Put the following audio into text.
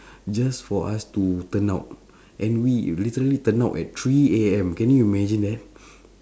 just for us to turnout and we literally turnout at three A_M can you imagine that